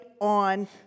on